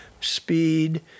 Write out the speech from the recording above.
speed